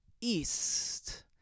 east